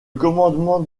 commandement